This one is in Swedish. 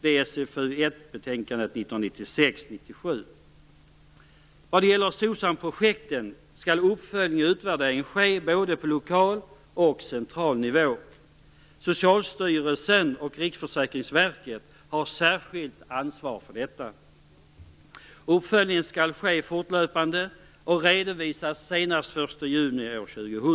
Det skedde genom betänkandet När det gäller SOCSAM-projekten skall uppföljning och utvärdering ske på både lokal och central nivå. Socialstyrelsen och Riksförsäkringsverket har särskilt ansvar för detta. Uppföljningen skall ske fortlöpande och redovisas senast den 1 juni år 2000.